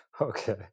Okay